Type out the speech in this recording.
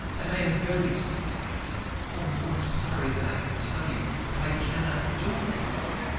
and i am very sorry oh, more sorry than i can tell you but i cannot do it, you know.